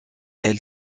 elle